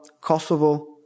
Kosovo